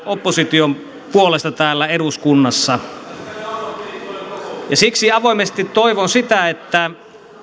opposition puolesta täällä eduskunnassa siksi avoimesti toivon sitä että